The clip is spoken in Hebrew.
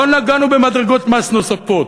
לא נגענו במדרגות מס נוספות,